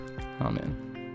Amen